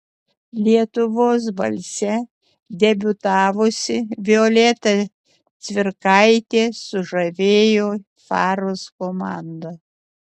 lietuvos balse debiutavusi violeta cvirkaitė sužavėjo faros komandą